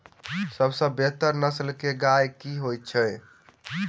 सबसँ बेहतर नस्ल केँ गाय केँ होइ छै?